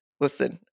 listen